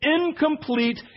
incomplete